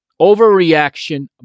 Overreaction